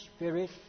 Spirit